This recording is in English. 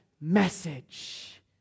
message